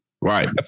Right